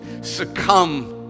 succumb